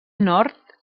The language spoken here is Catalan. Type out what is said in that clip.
nord